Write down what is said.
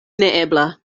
neebla